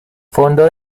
fondo